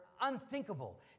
unthinkable